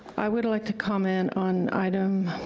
i would like to comment on item, ah,